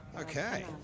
Okay